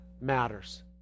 matters